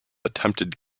attempted